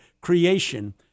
creation